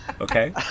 Okay